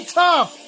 tough